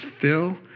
Phil